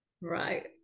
Right